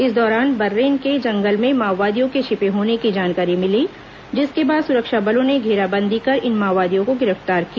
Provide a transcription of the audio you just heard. इस दौरान बर्रेम के जंगल में माओवादियों के छिपे होने की जानकारी मिली जिसके बाद सुरक्षा बलों ने घेराबंदी कर इन माओवादियों को गिरफ्तार किया